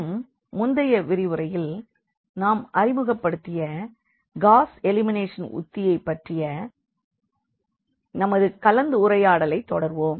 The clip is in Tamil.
மற்றும் முந்தைய விரிவுரையில் நாம் அறிமுகப்படுத்திய காஸ் எலிமினேஷன் உத்தியை பற்றிய நமது கலந்துரையாடலை தொடர்வோம்